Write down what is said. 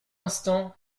instant